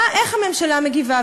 איך הממשלה מגיבה?